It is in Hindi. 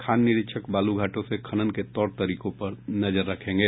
खान निरीक्षक बालू घाटों से खनन के तौर तरीके पर नजर रखेंगे